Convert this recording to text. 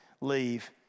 leave